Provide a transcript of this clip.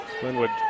Glenwood